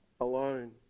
alone